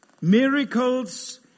Miracles